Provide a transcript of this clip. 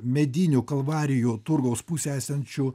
medinių kalvarijų turgaus pusėj esančių